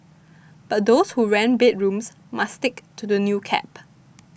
but those who rent bedrooms must stick to the new cap